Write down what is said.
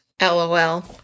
LOL